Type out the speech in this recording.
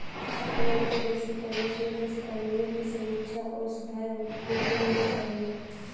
बदलते वैश्विक परिवेश में कृषि कानूनों की समीक्षा और सुधार होते रहने चाहिए